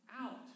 out